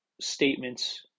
statements